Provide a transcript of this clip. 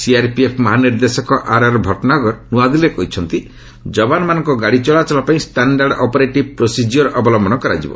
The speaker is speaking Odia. ସିଆର୍ପିଏଫ୍ ମହାନିର୍ଦ୍ଦେଶକ ଆର୍ଆର୍ ଭଟନାଗର ନୃଆଦିଲ୍ଲୀରେ କହିଛନ୍ତି ଯବାନମାନଙ୍କ ଗାଡ଼ି ଚଳାଚଳ ପାଇଁ ଷ୍ଟାଣ୍ଡାର୍ଡ ଅପରେଟିଭ୍ ପ୍ରୋସିଜିଓର ଅବଲୟନ କରାଯିବ